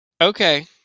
Okay